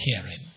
caring